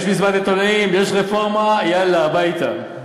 יש מסיבת עיתונאים, יש רפורמה, יאללה, הביתה.